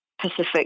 Pacific